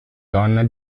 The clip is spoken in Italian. donna